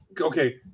okay